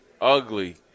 ugly